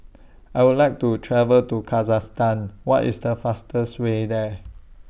I Would like to travel to Kazakhstan What IS The fastest Way There